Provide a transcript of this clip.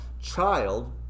child